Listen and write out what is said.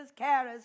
carers